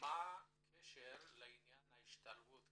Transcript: הקשר לעניין ההשתלבות?